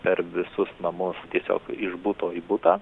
per visus namus tiesiog iš buto į butą